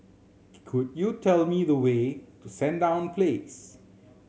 could you tell me the way to Sandown Place